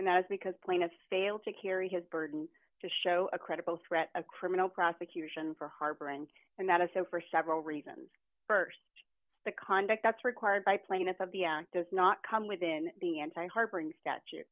and that is because plaintiff failed to carry his burden to show a credible threat of criminal prosecution for harboring and that if so for several reasons st the conduct that's required by plaintiff of the end does not come within the anti harboring statu